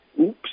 oops